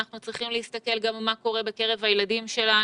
אנחנו צריכים להסתכל גם מה קורה בקרב הילדים שלנו,